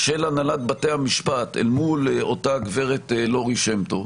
של הנהלת בתי המשפט אל מול אותה גברת לורי שם טוב,